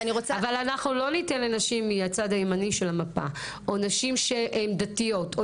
אבל אנחנו לא ניתן לנשים מהצד הימני של המפה או נשים שהן דתיות או